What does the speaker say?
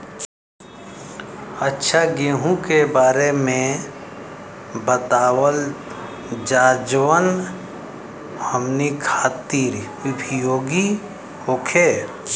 अच्छा गेहूँ के बारे में बतावल जाजवन हमनी ख़ातिर उपयोगी होखे?